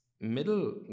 middle